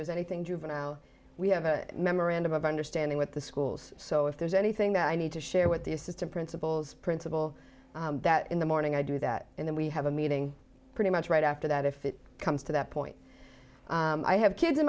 there's anything juvenile we have a memorandum of understanding with the schools so if there's anything that i need to share with the assistant principals principal that in the morning i do that and then we have a meeting pretty much right after that if it comes to that point i have kids in